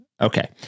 Okay